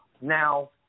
now